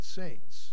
saints